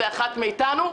"למדתי",